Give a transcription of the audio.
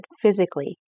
physically